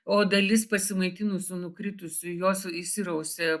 o dalis pasimaitinusių nukritusių jos įsirausia